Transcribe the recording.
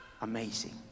amazing